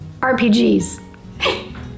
RPGs